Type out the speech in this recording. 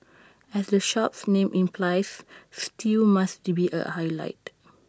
as the shop's name implies stew must be A highlight